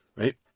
right